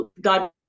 god